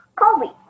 Colby